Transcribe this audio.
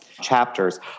chapters